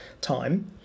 time